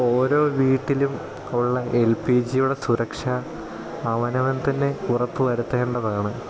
ഓരോ വീട്ടിലും ഉള്ള എൽ പി ജിയുടെ സുരക്ഷാ അവനവൻ തന്നെ ഉറപ്പു വരുത്തേണ്ടതാണ്